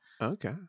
Okay